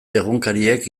egunkariek